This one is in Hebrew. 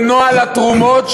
לנוהל התרומות,